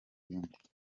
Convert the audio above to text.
iyindi